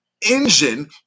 Engine